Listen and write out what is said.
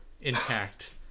intact